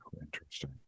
Interesting